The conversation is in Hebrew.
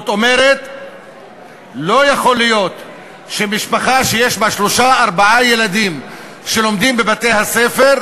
לא יכול להיות שמשפחה שיש בה שלושה או ארבעה ילדים שלומדים בבתי-ספר,